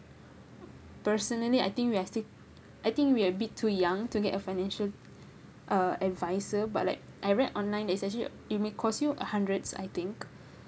personally I think we are still I think we a bit too young to get a financial uh adviser but like I read online they say you it may cost you a hundreds I think